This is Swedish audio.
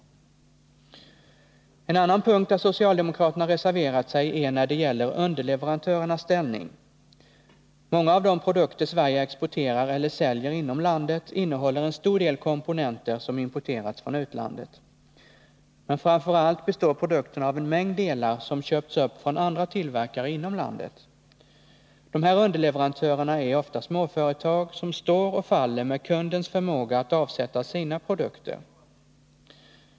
En annan punkt där socialdemokraterna reserverat sig är när det gäller underleverantörernas ställning. Många av de produkter Sverige exporterar eller säljer inom landet innehåller en stor del komponenter som importerats från utlandet, men framför allt består produkterna av en mängd delar som köpts upp från andra tillverkare inom landet. Dessa underleverantörer är ofta småföretag som står och faller med kundens förmåga att avsätta sina produkter.